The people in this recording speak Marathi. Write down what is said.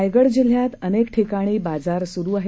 रायगड जिल्ह्यात अनेक ठिकाणी बाजार सुरू आहेत